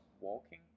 walking